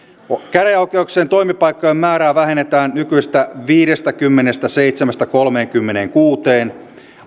käräjäoikeuksien toimipaikkojen määrää vähennetään nykyisestä viidestäkymmenestäseitsemästä kolmeenkymmeneenkuuteen